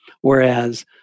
Whereas